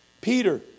Peter